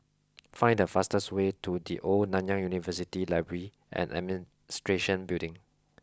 find the fastest way to the Old Nanyang University Library and Administration Building